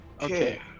Okay